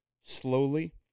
slowly